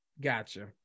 gotcha